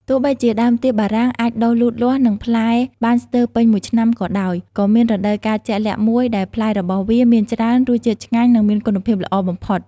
ទោះបីជាដើមទៀបបារាំងអាចដុះលូតលាស់ និងផ្លែបានស្ទើរពេញមួយឆ្នាំក៏ដោយ ក៏មានរដូវកាលជាក់លាក់មួយដែលផ្លែរបស់វាមានច្រើន រសជាតិឆ្ងាញ់ និងមានគុណភាពល្អបំផុត។